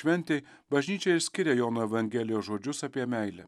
šventei bažnyčia ir skiria jono evangelijos žodžius apie meilę